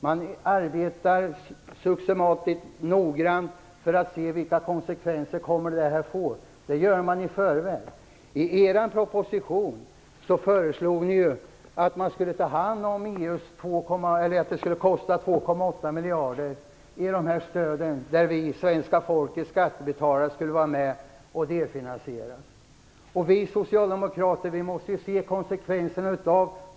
Man arbetar systematiskt noggrant för att se vilka konsekvenser förslagen kommer att få. Det gör man i förväg. Ni föreslog att stöden skulle kosta 2,8 miljarder. Svenska folket - skattebetalarna - skulle vara med och delfinansiera. Vi socialdemokrater måste se konsekvenserna.